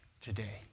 today